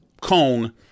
cone